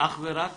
אך ורק